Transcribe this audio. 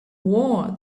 war